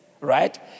right